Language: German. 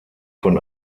von